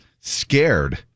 scared